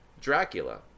Dracula